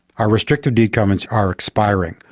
our restricted deed covenants are expiring,